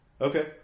Okay